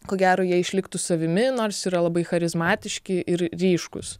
ko gero jie išliktų savimi nors yra labai charizmatiški ir ryškūs